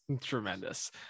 Tremendous